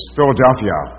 Philadelphia